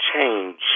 change